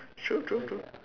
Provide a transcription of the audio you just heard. true true true